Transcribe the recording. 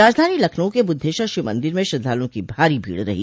राजधानी लखनऊ के बुद्धेश्वर शिव मंदिर में श्रद्वालुओं की भारी भीड़ रही